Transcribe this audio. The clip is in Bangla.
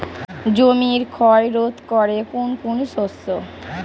জমির ক্ষয় রোধ করে কোন কোন শস্য?